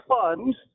fund